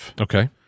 Okay